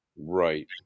right